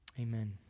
Amen